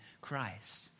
Christ